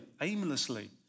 Aimlessly